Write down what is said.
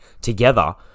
together